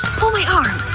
pull my arm!